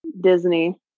Disney